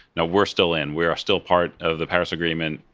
no, we're still in. we are still part of the paris agreement.